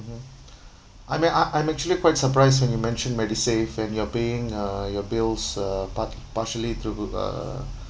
I mean I I'm actually quite surprised when you mentioned MediSave and you're paying uh your bills uh part~ partially through uh